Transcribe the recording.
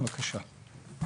בבקשה.